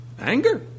Anger